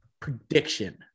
prediction